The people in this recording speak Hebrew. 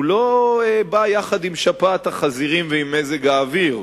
לא בא יחד עם שפעת החזירים ועם מזג האוויר,